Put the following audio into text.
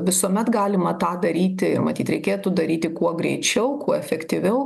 visuomet galima tą daryti ir matyt reikėtų daryti kuo greičiau kuo efektyviau